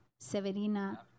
Severina